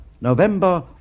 November